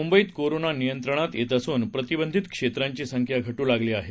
मुंबईत कोरोना नियंत्रणात येत असून प्रतिबंधित क्षेत्रांची संख्या घटू लागली आहे